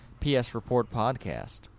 PSReportPodcast